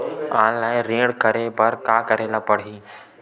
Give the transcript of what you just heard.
Online ऋण करे बर का करे ल पड़हि?